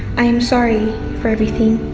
i'm sorry for everything,